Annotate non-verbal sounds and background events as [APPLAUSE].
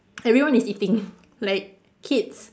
everyone is eating [LAUGHS] like kids